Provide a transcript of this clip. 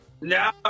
No